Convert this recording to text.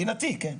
מדינתי, כן.